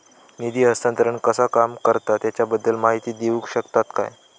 निधी हस्तांतरण कसा काम करता ह्याच्या बद्दल माहिती दिउक शकतात काय?